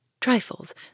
trifles